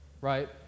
right